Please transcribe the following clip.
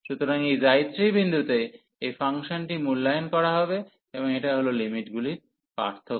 সুতরাং এই 3 বিন্দুতে এই ফাংশনটি মূল্যায়ন করা হবে এবং এটা হল লিমিটগুলির পার্থক্য